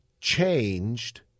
changed